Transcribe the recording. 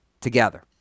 together